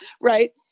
Right